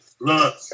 Look